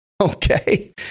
Okay